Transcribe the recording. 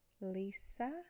Lisa